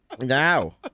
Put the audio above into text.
Now